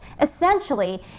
Essentially